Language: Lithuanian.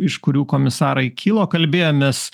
iš kurių komisarai kilo kalbėjomės